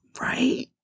Right